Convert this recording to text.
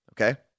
Okay